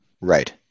Right